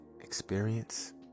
experience